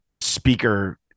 speaker